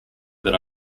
that